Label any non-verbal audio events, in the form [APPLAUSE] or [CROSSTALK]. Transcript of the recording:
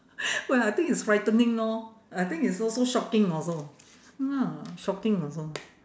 [LAUGHS] well I think it's frightening lor I think it's also shocking also [NOISE] shocking also